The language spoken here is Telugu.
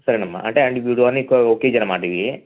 సరే అమ్మ అంటే అంటే ఇప్పుడు అన్నీ కో ఒక కేజీ అన్నమాట ఇవి